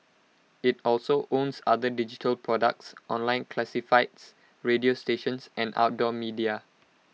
IT also owns other digital products online classifieds radio stations and outdoor media